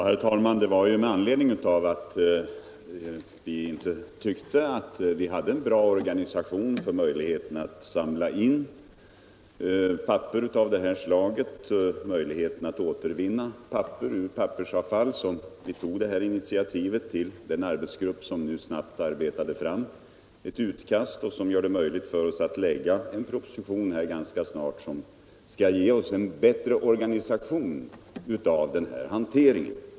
Herr talman! Det var ju med anledning av att vi inte tyckte att vi hade en bra organisation för möjligheterna att samla in papper av det här slaget och möjlighet att återvinna papper ur pappersavfall som vi tog initiativ till den arbetsgrupp som nu snabbt arbetade fram ett utkast, vilket gör det möjligt för oss att lägga en proposition ganska snart som skall ge oss en bättre organisation av den här hanteringen.